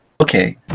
okay